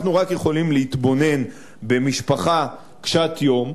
אנחנו רק יכולים להתבונן במשפחה קשת-יום,